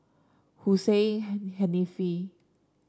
Hussein Haniff